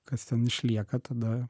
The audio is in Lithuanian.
kas ten išlieka tada